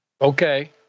okay